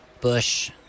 Bush